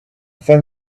thin